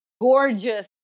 gorgeous